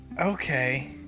Okay